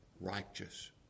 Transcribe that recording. righteous